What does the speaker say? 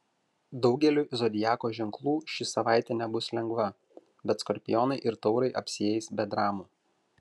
daugeliui zodiako ženklų ši savaitė nebus lengva bet skorpionai ir taurai apsieis be dramų